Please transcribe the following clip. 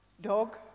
dog